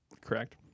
Correct